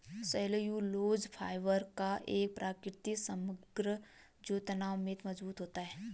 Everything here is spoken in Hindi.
सेल्यूलोज फाइबर का एक प्राकृतिक समग्र जो तनाव में मजबूत होता है